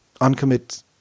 uncommit